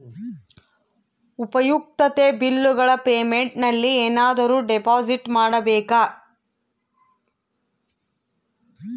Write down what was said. ಉಪಯುಕ್ತತೆ ಬಿಲ್ಲುಗಳ ಪೇಮೆಂಟ್ ನಲ್ಲಿ ಏನಾದರೂ ಡಿಪಾಸಿಟ್ ಮಾಡಬೇಕಾ?